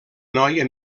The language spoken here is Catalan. noia